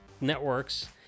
networks